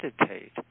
meditate